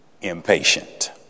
impatient